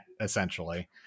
essentially